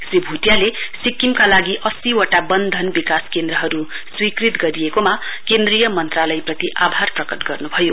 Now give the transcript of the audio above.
श्री भुटियाले सिक्किमका लागि अस्सीवटा वन धन विकास केन्द्रहरु स्वीकृत गरिएकोमा केन्द्रीय मन्त्रालयप्रति आभार प्रकट गर्नुभयो